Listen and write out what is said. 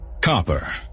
Copper